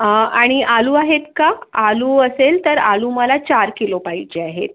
अं आणि आलू आहेत का आलू असेल तर आलू मला चार किलो पाहिजे आहेत